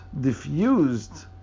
diffused